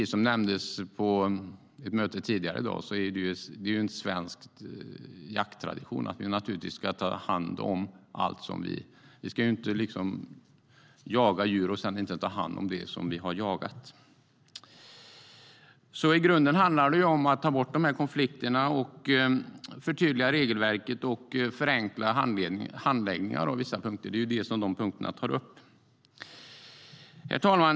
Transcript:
Som nämndes vid ett tidigare möte i dag är det en svensk jakttradition att ta hand om allt - vi ska inte jaga djur och sedan inte ta hand om det som vi har jagat. STYLEREF Kantrubrik \* MERGEFORMAT Jakt och viltvårdHerr talman!